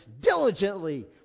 diligently